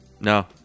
No